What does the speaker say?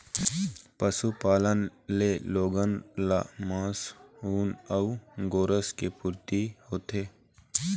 पशुपालन ले लोगन ल मांस, ऊन अउ गोरस के पूरती होथे